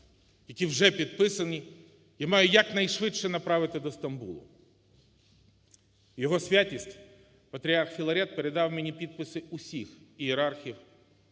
які вже підписані, і маю якнайшвидше направити до Стамбула. Його Святість Патріарх Філарет передав мені підписи усіх ієрархів